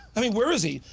i mean where is he?